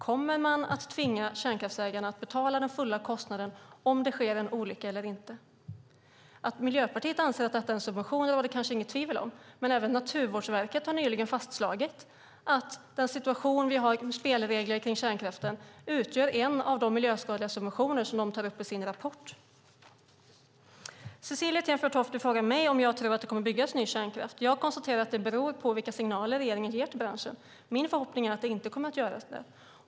Kommer man att tvinga kärnkraftsägarna att stå för den fulla kostnaden eller inte om en olycka sker? Att Miljöpartiet anser att det handlar om en subvention råder det kanske inget tvivel om. Även Naturvårdsverket har nyligen beträffande situationen med de spelregler vi har för kärnkraften fastslagit att här finns en av de miljöskadliga subventioner som Naturvårdsverket tar upp i sin rapport. Cecilie Tenfjord-Toftby frågar mig om jag tror att ny kärnkraft kommer att byggas. Jag har konstaterat att det beror på vilka signaler regeringen ger branschen. Min förhoppning är att det inte byggs ny kärnkraft.